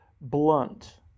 blunt